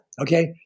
okay